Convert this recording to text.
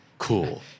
Cool